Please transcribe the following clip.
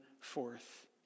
forth